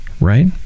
right